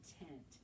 intent